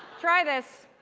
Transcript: try this.